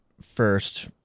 first